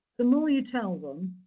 the more you tell them,